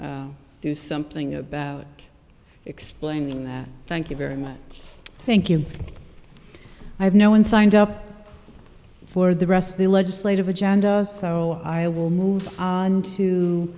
can do something about explaining that thank you very much thank you i have no one signed up for the rest of the legislative agenda so i will move on to